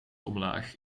omlaag